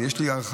יש לי הרחבה,